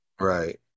right